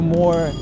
more